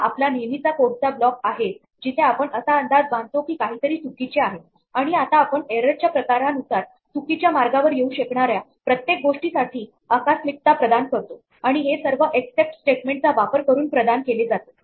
हा आपला नेहमीचा कोड चा ब्लॉक आहे जिथे आपण असा अंदाज बांधतो की काहीतरी चुकीचे आहे आणि आता आपण एररच्या प्रकारानुसार चुकीच्या मार्गावर येऊ शकणाऱ्या प्रत्येक गोष्टीसाठी आकस्मिकता प्रदान करतो आणि हे सर्व एक्सेप्ट स्टेटमेंट चा वापर करून प्रदान केले जाते